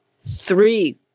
three